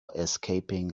escaping